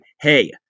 hey